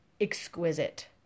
exquisite